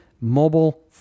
Mobile